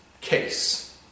case